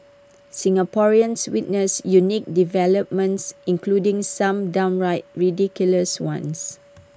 Singaporeans witnessed unique developments including some downright ridiculous ones